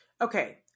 Okay